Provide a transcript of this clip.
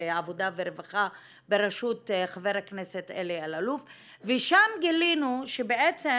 העבודה והרווחה בראשות חבר הכנסת אלי אלאלוף ושם גילינו שבעצם